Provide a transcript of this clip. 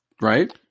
right